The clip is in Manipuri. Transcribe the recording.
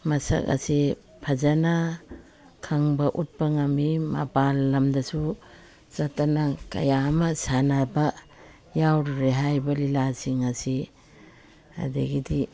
ꯃꯁꯛ ꯑꯁꯤ ꯐꯖꯅ ꯈꯪꯕ ꯎꯠꯄ ꯉꯝꯃꯤ ꯃꯄꯥꯟ ꯂꯝꯗꯁꯨ ꯆꯠꯇꯅ ꯀꯌꯥ ꯑꯃ ꯁꯥꯟꯅꯕ ꯌꯥꯎꯔꯨꯔꯦ ꯍꯥꯏꯔꯤꯕ ꯂꯤꯂꯥꯁꯤꯡ ꯑꯁꯤ ꯑꯗꯒꯤꯗꯤ